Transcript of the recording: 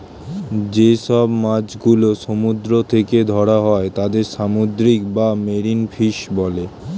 যে সব মাছ গুলো সমুদ্র থেকে ধরা হয় তাদের সামুদ্রিক বা মেরিন ফিশ বলে